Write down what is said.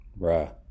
Bruh